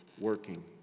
working